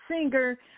singer